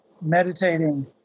meditating